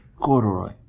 corduroy